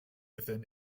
within